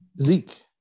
Zeke